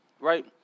right